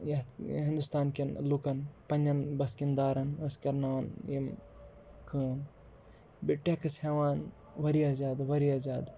یَتھ ہِندُستانکٮ۪ن لُکَن پنٛنٮ۪ن بَسکِندارَن ٲسۍ کَرناوان یِم کٲم بیٚیہِ ٹٮ۪کٕس ہٮ۪وان وایاہ زیادٕ واریاہ زیادٕ